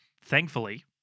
Thankfully